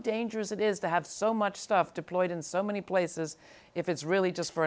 dangerous it is that have so much stuff deployed in so many places if it's really just for